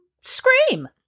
Scream